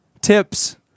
tips